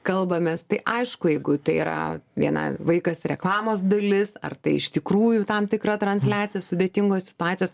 kalbamės tai aišku jeigu tai yra viena vaikas reklamos dalis ar tai iš tikrųjų tam tikra transliacija sudėtingos situacijos